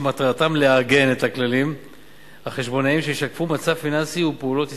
שמטרתם לעגן את הכללים החשבונאיים שישקפו מצב פיננסי ופעולות עסקיות.